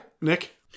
nick